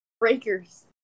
Breakers